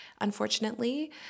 unfortunately